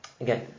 again